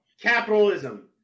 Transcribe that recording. Capitalism